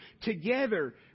together